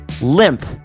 limp